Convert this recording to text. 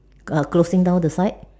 are closing down the site